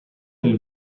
nel